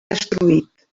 destruït